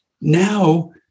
Now